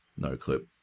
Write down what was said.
Noclip